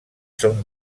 són